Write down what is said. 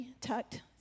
tucked